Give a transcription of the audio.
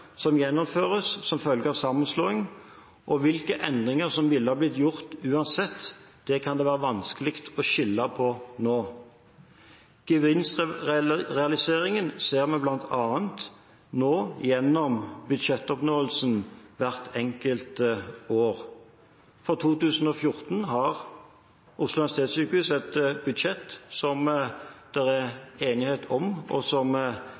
som gjennomføres som følge av sammenslåing, og hvilke endringer som ville blitt gjort uansett, kan det være vanskelig å skille mellom nå. Gevinstrealiseringen ser man bl.a. nå gjennom budsjettoppnåelsen hvert enkelt år. For 2014 har Oslo universitetssykehus et budsjett som det er enighet om, og som